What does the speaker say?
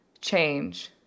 change